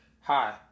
Hi